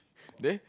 there